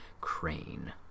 Crane